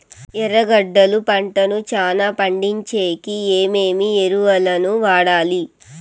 ఎర్రగడ్డలు పంటను చానా పండించేకి ఏమేమి ఎరువులని వాడాలి?